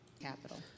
Capital